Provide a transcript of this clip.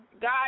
God